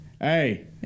hey